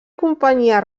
companyia